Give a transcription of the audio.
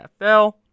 NFL